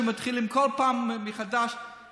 שמתחילים כל פעם מחדש,